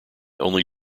only